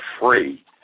free